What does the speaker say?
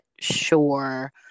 sure